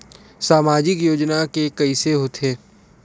सामाजिक योजना के कइसे होथे?